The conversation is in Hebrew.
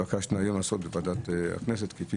שהתבקשנו היום לעשות בוועדת הכנסת כפי